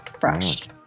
fresh